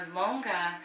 longer